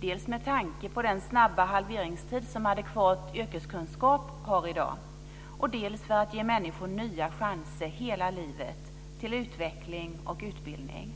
dels med tanke på den snabba halveringstid som adekvat yrkeskunskap i dag har, dels för att ge människor nya chanser hela livet till utveckling och utbildning.